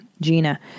Gina